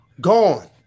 gone